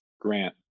Grant